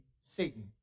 Satan